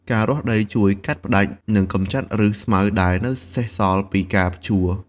ការរាស់ដីជួយកាត់ផ្តាច់និងកម្ចាត់ឬសស្មៅដែលនៅសេសសល់ពីការភ្ជួរ។